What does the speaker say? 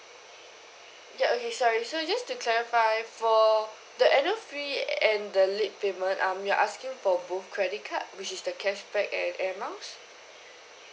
yup okay sorry so just to clarify for the annual fee and the late payment um you're asking for both credit card which is the cashback and air miles